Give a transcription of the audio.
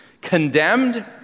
Condemned